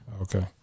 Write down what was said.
Okay